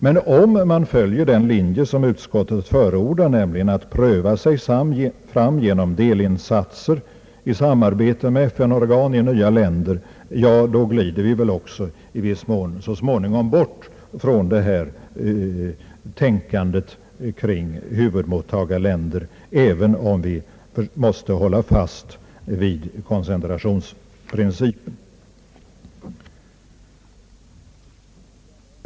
Men följer man den linje utskottet förordar, nämligen att pröva sig fram genom delinsatser i samarbete med FN-organ i nya länder, då glider vi väl så småningom också i viss mån bort från tänkandet kring huvudmottagarländer, även om vi måste hålla fast vid koncentrationsprincipen.